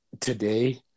today